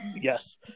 yes